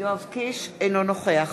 אינו נוכח